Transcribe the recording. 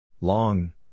Long